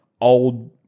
old